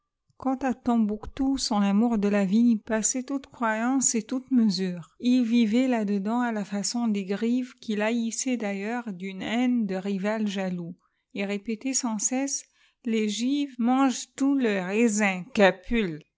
à tombouctou son amour de la vigne passait toute croyance et toute mesure ii vivait là dedans à la façon des grives qu'il haïssait d'ailleurs d'une haine de rival jaloux il répétait sans cesse les gives mangé tout le aisin